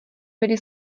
byli